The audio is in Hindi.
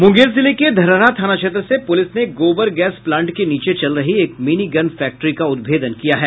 मुंगेर जिले के धरहरा थाना क्षेत्र से पुलिस ने गोबर गैस प्लांट के नीचे चल रही एक मिनी गन फैक्ट्री का उद्भेदन किया है